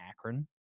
Akron